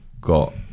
got